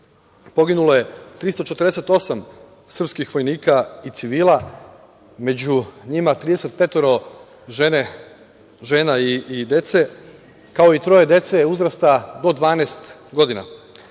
poginulo je 348 srpskih vojnika i civila, među njima 35 žena i dece, kao troje dece uzrasta po 12 godina.